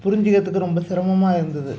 புரிஞ்சு ஏற்றுக்க ரொம்ப சிரமமாக இருந்தது